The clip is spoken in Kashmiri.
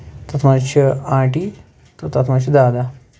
تَتھ منٛز چھِ آنٛٹی تَتھ منٛز چھُ دادا